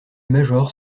major